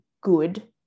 good